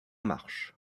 marche